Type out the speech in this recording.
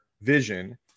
vision